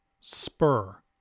spur